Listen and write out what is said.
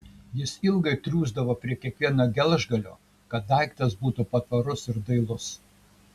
jis ilgai triūsdavo prie kiekvieno geležgalio kad daiktas būtų patvarus ir dailus